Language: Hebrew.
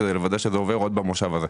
כדי לוודא שזה עובר עוד במושב הזה.